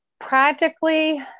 Practically